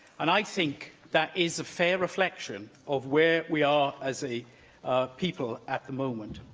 and i think that is a fair reflection of where we are as a people at the moment.